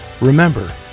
Remember